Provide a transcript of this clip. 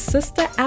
Sister